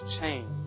change